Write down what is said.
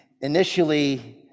initially